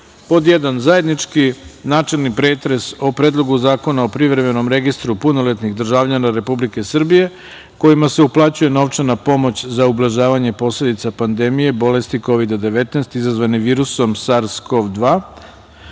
zajednički načelni pretres o: Predlogu zakona o privremenom registru punoletnih državljana Republike Srbije kojima se uplaćuje novčana pomoć za ublažavanje posledica pandemije bolesti COVID-19 izazvane virusom SARS-Cov-2,